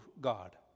God